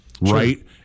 right